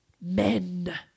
men